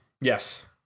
Yes